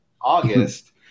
August